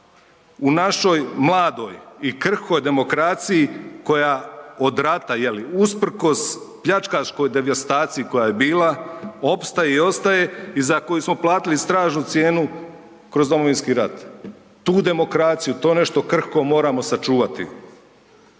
U našoj mladoj i krhkoj demokraciji koja od rata je li, usprkos pljačkaškoj devastaciji koja je bila, opstaje i ostaje i za koju smo platili strašnu cijenu kroz Domovinski rat. Tu demokraciju, to nešto krhko moramo sačuvati.